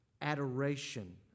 adoration